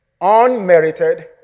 Unmerited